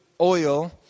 oil